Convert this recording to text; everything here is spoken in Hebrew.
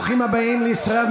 ברוכים הבאים לישראל,